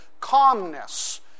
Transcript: calmness